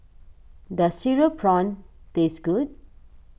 does Cereal Prawns taste good